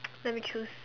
let me choose